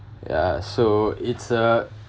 ya so it's a